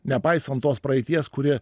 nepaisant tos praeities kuri